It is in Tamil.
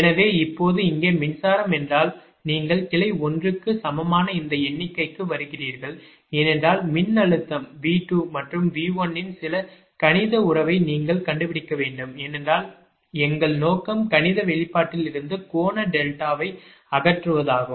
எனவே இப்போது இங்கே மின்சாரம் என்றால் நீங்கள் கிளை 1 க்கு சமமான இந்த எண்ணிக்கைக்கு வருகிறீர்கள் ஏனென்றால் மின்னழுத்தம் V2 மற்றும் V1 இன் சில கணித உறவை நீங்கள் கண்டுபிடிக்க வேண்டும் ஏனென்றால் எங்கள் நோக்கம் கணித வெளிப்பாட்டிலிருந்து கோண டெல்டாவை அகற்றுவதாகும்